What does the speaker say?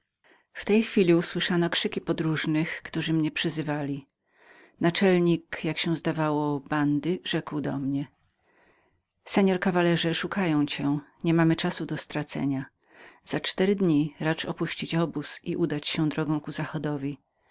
w tej chwili usłyszano krzyki podróżnych którzy mnie przyzywali naczelnik o ile się zdawało bandy rzekł do mnie mości kawalerze szukają cię niemamy czasu do stracenia za pięć dni racz opuścić obóz i udać się drogą ku zachodowi